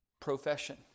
profession